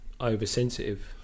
oversensitive